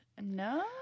No